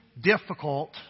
difficult